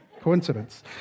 coincidence